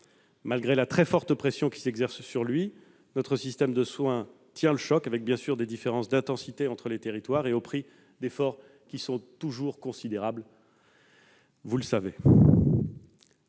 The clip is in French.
Malgré la très forte pression qui s'exerce sur lui, notre système de soins tient le choc, avec bien sûr des différences d'intensité entre les territoires et au prix d'efforts considérables. Nous le devons